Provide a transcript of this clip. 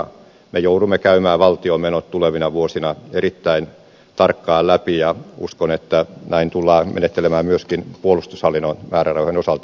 me joudumme käymään valtion menot tulevina vuosina erittäin tarkkaan läpi ja uskon että näin tullaan menettelemään myöskin puolustushallinnon määrärahojen osalta